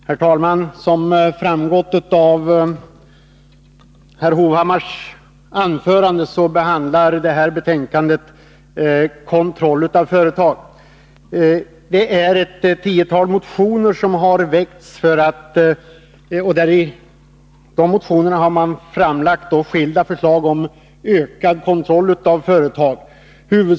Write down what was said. Herr talman! Såsom framgått av herr Hovhammars anförande behandlar det här betänkandet kontroll av företag. Ett tiotal motioner har väckts, och i dem har framlagts skilda förslag om ökad kontroll av företag.